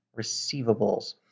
receivables